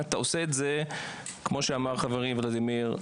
כמו שאמר חברי ולדימיר,